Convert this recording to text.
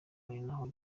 aho